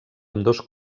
ambdós